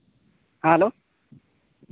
hello